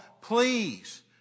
please